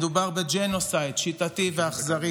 מדובר בג'נוסייד שיטתי ואכזרי,